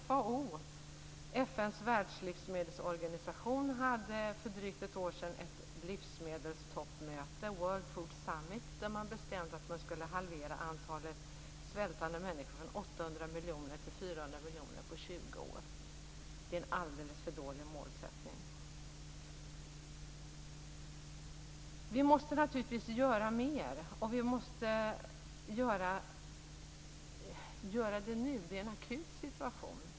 FAO, FN:s världslivsmedelsorganisation, hade för drygt ett år sedan ett livsmedelstoppmöte, World Food Summit, där man bestämde att man skulle halvera antalet svältande människor från 800 miljoner till 400 miljoner på 20 år. Det är en alldeles för dålig målsättning. Vi måste naturligtvis göra mer. Vi måste göra det nu. Det är en akut situation.